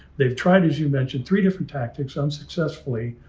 they've tried, as you mentioned, three different tactics unsuccessfully.